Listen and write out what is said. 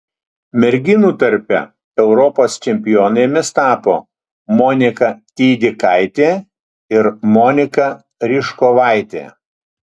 merginų tarpe europos čempionėmis tapo monika tydikaitė ir monika ryžkovaitė